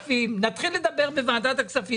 נעביר את זה לוועדת הכספים,